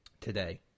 today